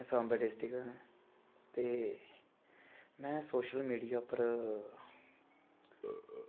में सांबा डिस्ट्रिक्ट दा ते में सोशल मीडिया पर